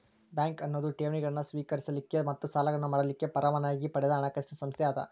bank ಅನ್ನೊದು ಠೇವಣಿಗಳನ್ನ ಸ್ವೇಕರಿಸಲಿಕ್ಕ ಮತ್ತ ಸಾಲಗಳನ್ನ ಮಾಡಲಿಕ್ಕೆ ಪರವಾನಗಿ ಪಡದ ಹಣಕಾಸಿನ್ ಸಂಸ್ಥೆ ಅದ